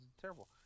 terrible